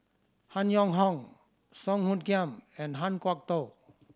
Han Yong Hong Song Hoot Kiam and Han Kwok Toh